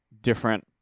different